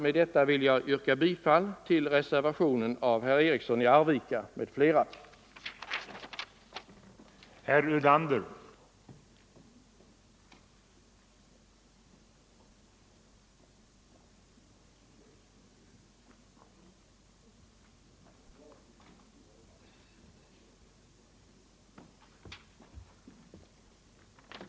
Med detta ber jag att få yrka bifall till reservationen fördjupa arbetsdeav herr Eriksson i Arvika m.fl. mokratin